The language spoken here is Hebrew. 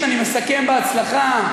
אתה מסכם בהצלחה?